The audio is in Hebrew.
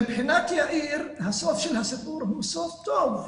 מבחינת יאיר הסוף של הסיפור הוא סוף טוב,